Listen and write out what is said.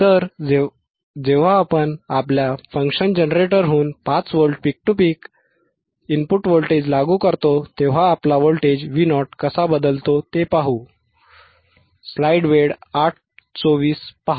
तर जेव्हा आपण आपल्या फंक्शन जनरेटरवरून 5 volt peak to peak input voltage लागू करतो तेव्हा आपला आउटपुट व्होल्टेज Vo कसा बदलतो ते पाहू